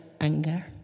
anger